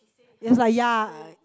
yes ah ya I